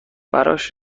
براش